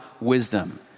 wisdom